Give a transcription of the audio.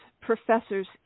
professors